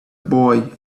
boy